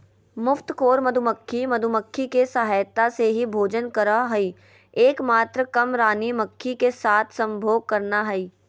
मुफ्तखोर मधुमक्खी, मधुमक्खी के सहायता से ही भोजन करअ हई, एक मात्र काम रानी मक्खी के साथ संभोग करना हई